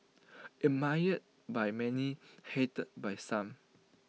admired by many hated by some